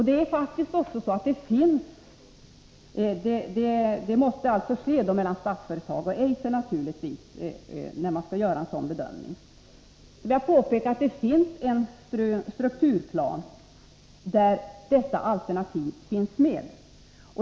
Det är en fråga för Statsföretag 21 december 1983 och Eiser. Det finns också en strukturplan där detta alternativ finns med.